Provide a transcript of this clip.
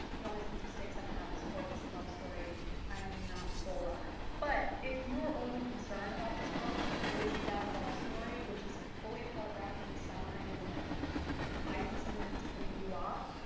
the only sense of stakes i have is for this love story and i'm not sold on it. but if you are only concern about this book is that love story, which is fully telegraphed in the summary and like might be something that's putting you off,